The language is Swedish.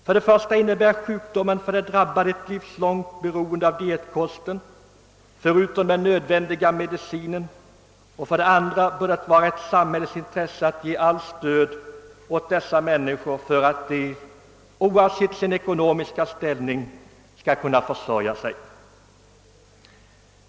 För det första innebär sjukdomen för de drabbade ett livslångt broende av dietkost, förutom den nödvändiga medicinen. För det andra bör det vara ett samhällets intresse att ge allt stöd åt dessa människor för att de — oavsett sin ekonomiska ställning — skall kunna försörja 'sig.